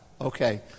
Okay